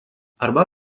arba